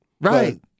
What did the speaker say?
Right